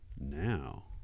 now